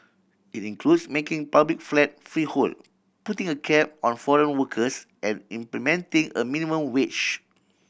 it includes making public flat freehold putting a cap on foreign workers and implementing a minimum witch